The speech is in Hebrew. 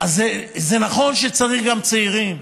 אז זה נכון שצריך גם צעירים.